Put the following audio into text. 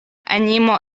animo